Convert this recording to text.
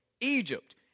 Egypt